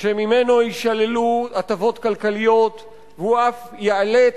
שיישללו ממנו הטבות כלכליות והוא אף ייאלץ